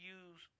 use